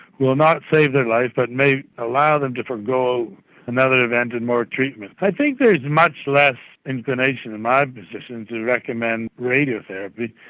will not save their life, but maybe allow them to forego another event and more treatment. i think there is much less inclination in my position to recommend radiotherapy.